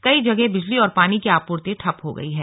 कई जगह बिजली और पानी की आपूर्ति ठप हो गई है